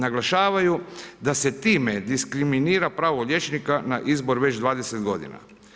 Naglašavaju da se time diskriminira pravo liječnika na izbor već 20 godina.